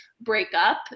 breakup